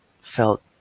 felt